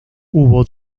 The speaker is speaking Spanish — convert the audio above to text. hubo